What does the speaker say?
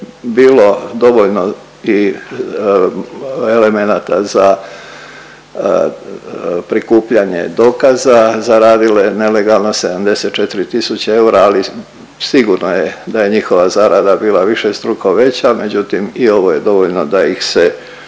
bilo dovoljno i elemenata za prikupljanje dokaza zaradile nelegalno 74 tisuće eura ali sigurno je da je njihova zarada bila višestruko veća, međutim i ovo je dovoljno da ih se